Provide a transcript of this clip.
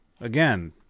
Again